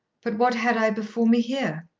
but what had i before me here?